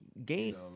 Game